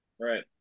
Right